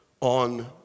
on